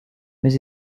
mais